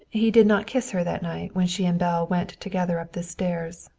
he did not kiss her that night when she and belle went together up the stairs.